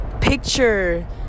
picture